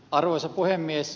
arvoisa puhemies